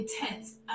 intense